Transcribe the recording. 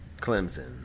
Clemson